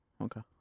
Okay